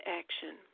action